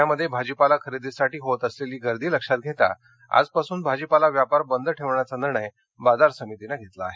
ध्वळ्यामध्ये भाजीपाला खरेदीसाठी होत असलेली गर्दी लक्षात घेता आजपासून भाजीपाला व्यापार बंद ठेवण्याचा निर्णय बाजार समितीनं घेतला आहे